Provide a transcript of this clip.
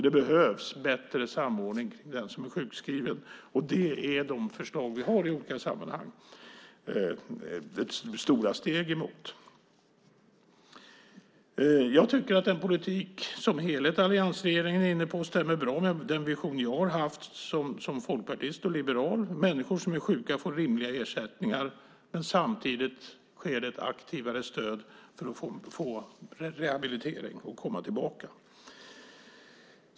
Det behövs bättre samordning kring den som är sjukskriven, och det är de förslag som vi i olika sammanhang tar stora steg emot. Jag tycker att den politik som alliansregeringen är inne på som helhet stämmer bra med den vision jag har haft som folkpartist och liberal. Människor som är sjuka får rimliga ersättningar, och samtidigt får de ett aktivare stöd för att få rehabilitering och komma tillbaka.